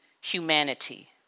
humanity